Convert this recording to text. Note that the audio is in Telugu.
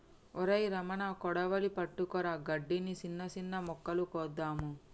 ఒరై రమణ కొడవలి పట్టుకురా గడ్డిని, సిన్న సిన్న మొక్కలు కోద్దాము